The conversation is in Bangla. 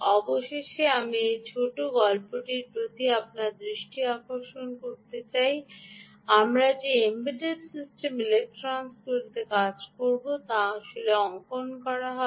অবশেষে আমি এই ছোট গল্পটির প্রতি আপনার দৃষ্টি আকর্ষণ করতে চাই যে আমরা যে এমবেডেড সিস্টেম ইলেক্ট্রনিক্সগুলিতে কাজ করব তা আসলে অঙ্কন করা হবে